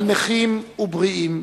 על נכים ובריאים,